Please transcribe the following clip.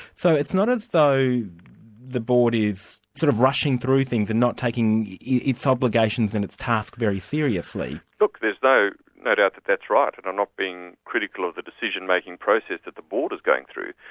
so it's not as though the board is sort of rushing through things and not taking its obligations and its tasks very seriously. look, there's no doubt that's right and i'm not being critical of the decision-making process that the board is going through,